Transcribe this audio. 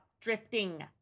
drifting